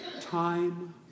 time